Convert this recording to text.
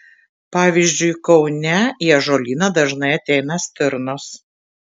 pavyzdžiui kaune į ąžuolyną dažnai ateina stirnos